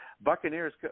Buccaneers